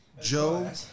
Joe